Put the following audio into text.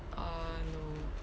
err no